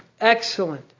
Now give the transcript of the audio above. excellent